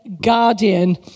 guardian